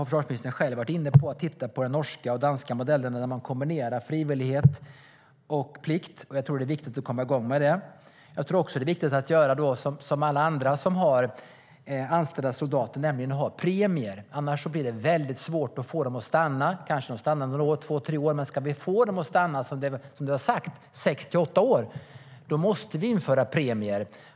Försvarsministern har själv varit inne på att titta på de norska och danska modellerna, där man kombinerar frivillighet och plikt. Jag tror att det är viktigt att komma igång med det. Jag tror också att det är viktigt att göra som alla andra som har anställda soldater, nämligen ha premier. Annars blir det väldigt svårt att få dem att stanna. De kanske stannar två tre år, men ska vi få dem att stanna sex till åtta år, som det var sagt, måste vi införa premier.